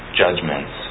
judgments